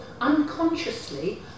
unconsciously